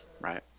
right